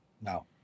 no